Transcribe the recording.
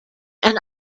and